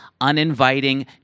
uninviting